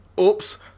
oops